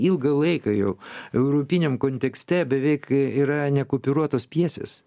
ilgą laiką jau europiniam kontekste beveik yra nekupiūruotos pjesės